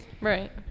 Right